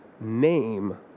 name